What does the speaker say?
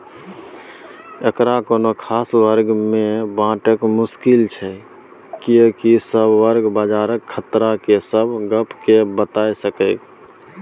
एकरा कुनु खास वर्ग में बाँटब मुश्किल छै कियेकी सब वर्ग बजारक खतरा के सब गप के बताई सकेए